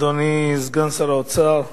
אדוני סגן שר האוצר,